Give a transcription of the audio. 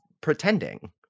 pretending